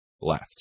left